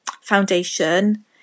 Foundation